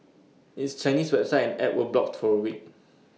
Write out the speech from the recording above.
its Chinese website and app were blocked for A week